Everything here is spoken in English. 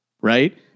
Right